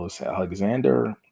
alexander